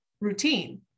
routine